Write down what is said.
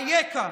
אייכה?